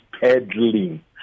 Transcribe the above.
peddling